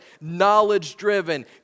knowledge-driven